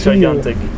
Gigantic